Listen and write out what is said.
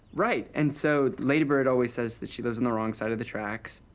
right, and so lady bird always says that she lives on the wrong side of the tracks,